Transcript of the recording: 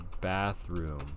bathroom